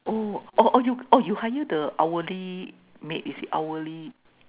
oh or or you or you hire the hourly maid it hourly